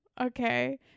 Okay